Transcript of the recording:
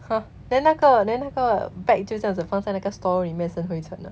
!huh! then 那个 then 那个 bag 就这样子放在那个 store room 里面生灰尘 ah